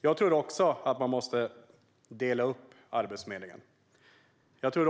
Jag tror också att man måste dela upp Arbetsförmedlingen.